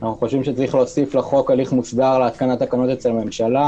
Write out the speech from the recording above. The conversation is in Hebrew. אנחנו חושבים שצריך להוסיף לחוק הליך מוסדר להתקנת תקנות בממשלה,